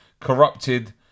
corrupted